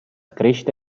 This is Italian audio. crescita